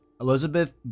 Elizabeth